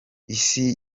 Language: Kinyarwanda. isi